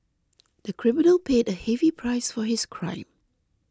the criminal paid a heavy price for his crime